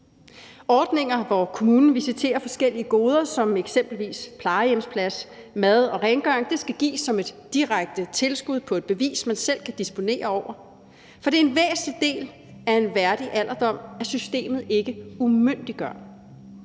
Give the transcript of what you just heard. Ordninger, hvor kommunen visiterer forskellige goder som eksempelvis plejehjemsplads, mad og rengøring, skal gives som et direkte tilskud på et bevis, man selv kan disponere over, for det er en væsentlig del af en værdig alderdom, at systemet ikke umyndiggør.